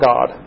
God